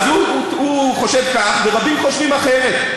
אז הוא חושב כך, ורבים חושבים אחרת.